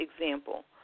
example